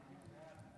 מיכל וולדיגר,